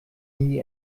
nie